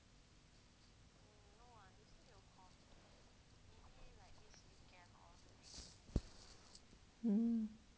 hmm